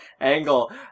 angle